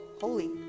Holy